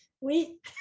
Oui